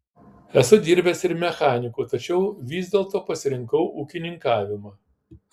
esu dirbęs ir mechaniku tačiau vis dėlto pasirinkau ūkininkavimą